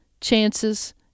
chances